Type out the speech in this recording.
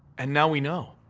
and now we know